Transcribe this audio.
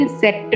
set